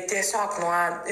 tiesiog nuo